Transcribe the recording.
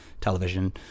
television